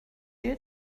you